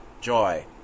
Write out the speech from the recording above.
joy